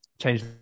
change